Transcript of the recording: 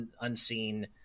unseen